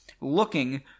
looking